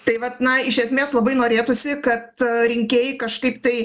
tai vat na iš esmės labai norėtųsi kad rinkėjai kažkaip tai